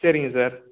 சரிங்க சார்